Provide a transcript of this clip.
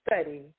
study